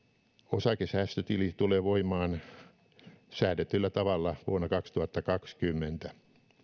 osakesäästötili tulee voimaan säädetyllä tavalla vuonna kaksituhattakaksikymmentä